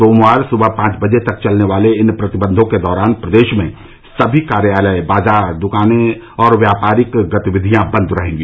सोमवार सुबह पांच बजे तक चलने वाले इन प्रतिबन्धों के दौरान प्रदेश में सभी कार्यालय बाजार दुकानें और व्यापारिक गतिविधिया बन्द रहेंगी